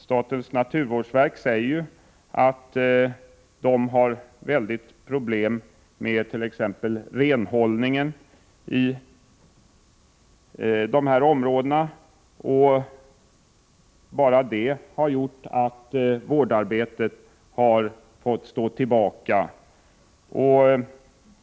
Statens naturvårdsverk framhåller att det är stora problem med exempelvis renhållningen i de här områdena. Bara detta förhållande har gjort att vårdarbetet har fått stå tillbaka.